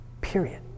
Period